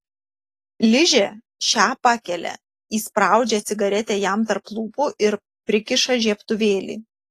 ližė šią pakelia įspraudžia cigaretę jam tarp lūpų ir prikiša žiebtuvėlį